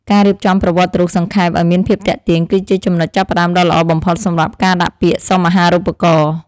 ការរៀបចំប្រវត្តិរូបសង្ខេបឱ្យមានភាពទាក់ទាញគឺជាចំណុចចាប់ផ្តើមដ៏ល្អបំផុតសម្រាប់ការដាក់ពាក្យសុំអាហារូបករណ៍។